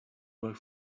work